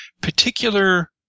particular